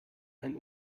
ein